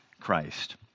Christ